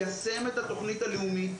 ליישם את התוכנית הלאומית,